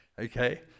okay